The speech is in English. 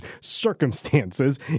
circumstances